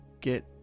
get